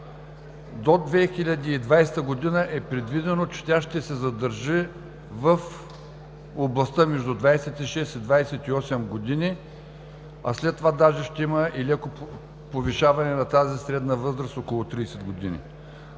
До 2020 г. е предвидено, че тя ще се задържи в областта между 26 и 28 години, а след това даже ще има и леко повишаване на средната възраст – около 30 години.